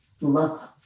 love